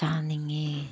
ꯆꯥꯅꯤꯡꯉꯤ